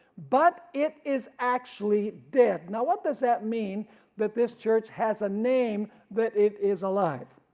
but it is actually dead. now what does that mean that this church has a name that it is alive.